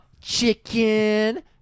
chicken